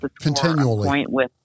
Continually